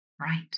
Right